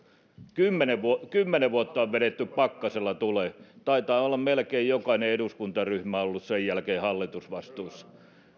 kymmenen vuotta on vedetty pakkasella tulemaan ja taitaa olla melkein jokainen eduskuntaryhmä ollut sen jälkeen hallitusvastuussa